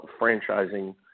Franchising